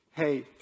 Hey